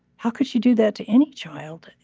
how could she do that to any child?